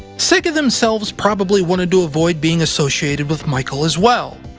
sega themselves probably wanted to avoid being associated with michael, as well.